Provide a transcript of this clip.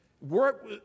work